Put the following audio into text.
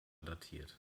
datiert